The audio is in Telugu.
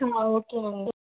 ఓకే అండి